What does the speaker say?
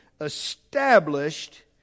established